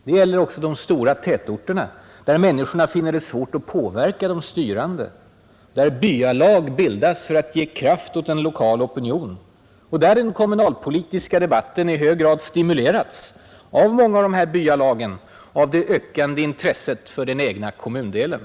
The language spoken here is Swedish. Det gäller också de stora tätorterna, där människorna finner det svårt att påverka de styrande, där byalag bildas för att ge kraft åt en lokal opinion och där den kommunalpolitiska debatten i hög grad stimulerats av många av dessa byalag och av det ökande intresset för den egna kommundelen.